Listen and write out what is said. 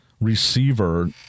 receiver